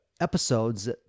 episodes